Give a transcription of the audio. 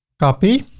copy.